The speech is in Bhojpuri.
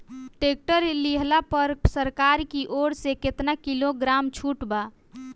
टैक्टर लिहला पर सरकार की ओर से केतना किलोग्राम छूट बा?